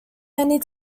many